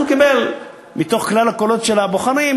אז הוא קיבל מתוך כלל קולות הבוחרים,